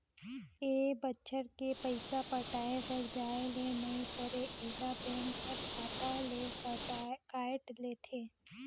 ए बच्छर के पइसा पटाये बर जाये ले नई परे ऐला बेंक हर खाता ले कायट लेथे